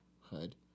hood